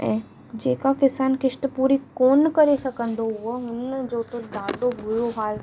ऐं जेका किसान किश्त पूरी कोन करे सघंदो हुओ हुन जो त ॾाढो बुरो हाल थींदो हुओ